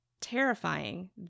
terrifying